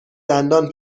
دندان